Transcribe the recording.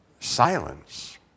silence